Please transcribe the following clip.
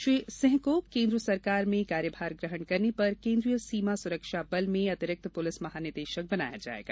श्री सिंह को केन्द्र सरकार में कार्यभार ग्रहण करने पर केन्दीय सीमा सुरक्षा बल में अतिरिक्त पुलिस महानिदेशक बनाया जायेगा